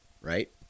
right